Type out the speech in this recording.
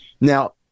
Now